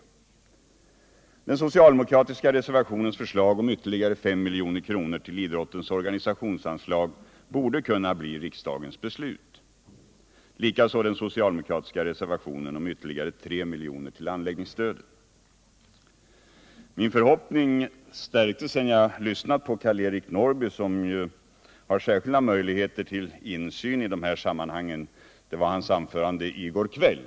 Förslaget i den socialdemokratiska reservationen om ytterligare 5 milj.kr. till idrottens organisationsanslag borde kunna bli riksdagens belut, likaså den andra socialdemokratiska reservationens förslag om ytterligare 3 milj.kr. till anläggningsstödet. Min förhoppning stärktes när jag lyssnade på Karl-Eric Norrby, som ju har särskilda möjligheter till insyn i dessa sammanhang. Jag tänker på hans första anförande i går kväll.